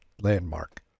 landmark